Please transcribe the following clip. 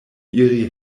iri